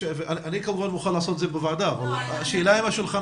אני כמובן אוכל לעשות את זה בוועדה אבל השאלה אם השולחן